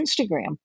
Instagram